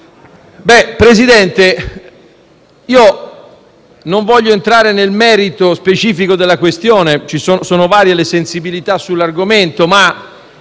Presidente, non voglio entrare nel merito specifico della questione, in quanto le sensibilità sull'argomento sono